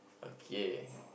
okay